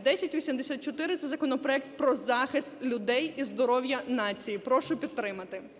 1084 – це законопроект про захист людей і здоров'я нації. Прошу підтримати. ГОЛОВУЮЧИЙ.